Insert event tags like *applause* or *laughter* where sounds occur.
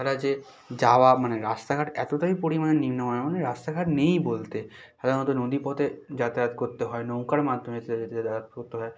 তারা যে যাওয়া মানে রাস্তাঘাট এতটাই পরিমাণ নিম্নমানের মানে রাস্তাঘাট নেই বলতে সাধারণত নদীপথে যাতায়াত করতে হয় নৌকার মাধ্যমে সে *unintelligible* যাতায়াত করতে হয়